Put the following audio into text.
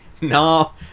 no